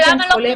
למה לא פרסמתם?